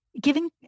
Giving